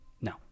No